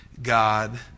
God